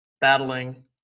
battling